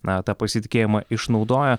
na tą pasitikėjimą išnaudoja